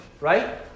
Right